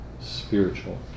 spiritual